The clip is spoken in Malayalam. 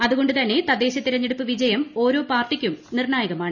അതുകൊണ്ടു തന്നെ തദ്ദേശി തിരഞ്ഞെടുപ്പ് വിജയം ഓരോ പാർട്ടിക്കും നിർണായകമാണ്